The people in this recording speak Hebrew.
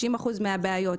90% מהבעיות.